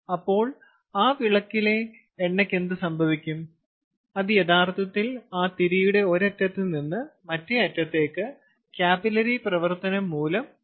അപ്പോൾ ആ വിളക്കിലെ എണ്ണയ്ക്ക് എന്ത് സംഭവിക്കും അത് യഥാർത്ഥത്തിൽ ആ തിരിയുടെ ഒരറ്റത്ത് നിന്ന് മറ്റേ അറ്റത്തേക്ക് കാപ്പിലറി പ്രവർത്തനം മൂലം പോകുന്നു